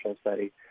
study